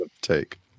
take